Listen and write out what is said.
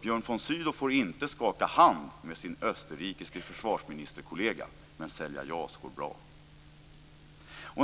Björn von Sydow får inte skaka hand med sin österrikiske försvarsministerkollega, men sälja JAS går bra.